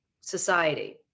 society